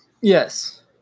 yes